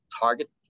target